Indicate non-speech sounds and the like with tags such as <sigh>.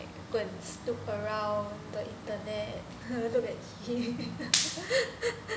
go and snoop around the internet look at him <laughs>